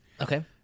Okay